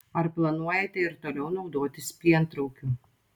ar planuojate ir toliau naudotis pientraukiu